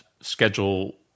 schedule